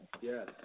Yes